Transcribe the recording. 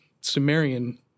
Sumerian